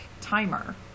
timer